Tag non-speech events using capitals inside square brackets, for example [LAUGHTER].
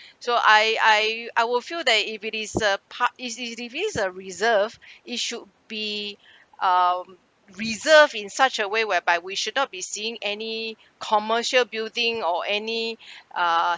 [BREATH] so I I I will feel that if it is a park is if if it's a reserve [BREATH] it should be [BREATH] um reserve in such a way whereby we should not be seeing any commercial building or any [BREATH] uh